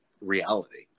reality